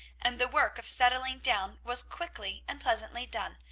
and the work of settling down was quickly and pleasantly done,